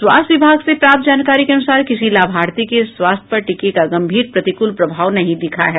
स्वास्थ्य विभाग से प्राप्त जानकारी के अनुसार किसी लाभार्थी के स्वास्थ्य पर टीके का गम्भीर प्रतिकूल प्रभाव नहीं दिखा है